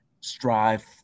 strive